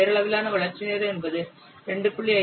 பெயரளவிலான வளர்ச்சி நேரம் என்பது 2